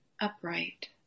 upright